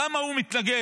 למה הוא מתנגד?